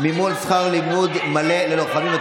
מימון שכר לימוד מלא ללוחמים),